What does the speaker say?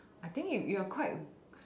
I think you you are quite